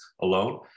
alone